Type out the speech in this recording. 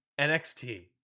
NXT